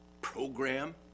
program